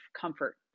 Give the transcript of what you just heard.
comfort